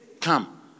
come